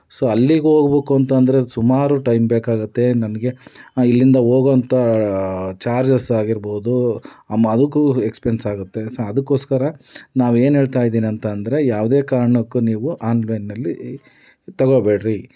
so ಅಲ್ಲಿಗೆ ಹೋಗ್ಬೇಕು ಅಂತಂದರೆ ಸುಮಾರು ಟೈಮ್ ಬೇಕಾಗುತ್ತೆ ನನಗೆ ಇಲ್ಲಿಂದ ಹೋಗುವಂತ ಚಾರ್ಜಸ್ ಆಗಿರ್ಬೌದು ಮ ಅದಕ್ಕು ಎಕ್ಸ್ಪೆನ್ಸ್ ಆಗುತ್ತೆ ಸೊ ಅದಕ್ಕೋಸ್ಕರ ನಾವು ಏನು ಹೇಳ್ತಾ ಇದಿನಿ ಅಂತ ಅಂದರೆ ಯಾವುದೇ ಕಾರಣಕ್ಕು ನೀವು ಆನ್ಲೈನಿನಲ್ಲಿ ತಗೋಬೇಡ್ರಿ